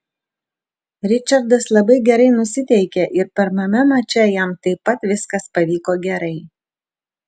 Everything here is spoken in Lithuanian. ričardas labai gerai nusiteikė ir pirmame mače jam taip pat viskas pavyko gerai